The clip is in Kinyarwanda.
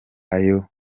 ayo